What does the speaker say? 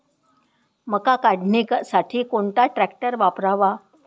मका काढणीसाठी कोणता ट्रॅक्टर वापरावा?